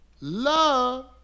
love